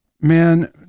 Man